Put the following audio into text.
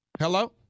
Hello